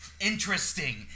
interesting